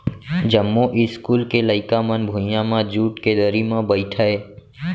जमो इस्कूल के लइका मन भुइयां म जूट के दरी म बइठय